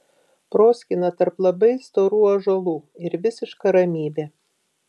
proskyna tarp labai storų ąžuolų ir visiška ramybė